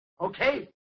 Okay